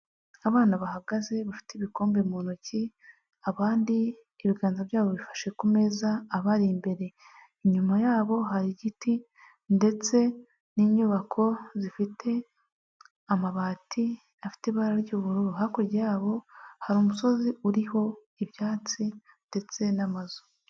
Abana bahagaze bafite ibikombe mu ntoki. Abandi ibiganza byabo bifashe ku meza abari imbere. Inyuma yabo hari igiti ndetse n'inyubako zifite amabati afite ibara ry'ubururu. Hakurya yabo hari umusozi uriho ibyatsi ndetse n'amazu.